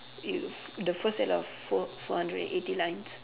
you the first set of four four hundred and eighty lines